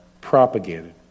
propagated